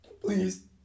please